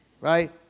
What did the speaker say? right